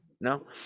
No